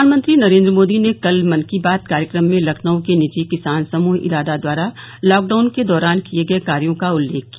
प्रधानमंत्री नरेन्द्र मोदी ने कल मन की बात कार्यक्रम में लखनऊ के निजी किसान समूह इरादा द्वारा लॉकडाउन के दौरान किये गये कार्यो का उल्लेख किया